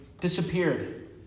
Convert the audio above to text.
disappeared